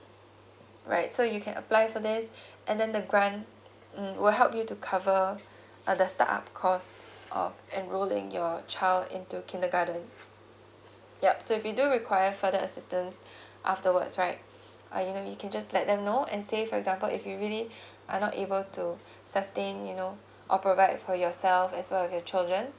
right so you can apply for this and then the grant mm will help you to cover uh the start up cost of enrolling your child into kindergarten yup so if you do require further assistance afterwards right uh you know you can just let them know and say for example if you really are not able to sustain you know or provide for yourself as well as your children